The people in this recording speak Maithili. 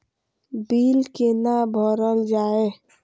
बील कैना भरल जाय?